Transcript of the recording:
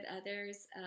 others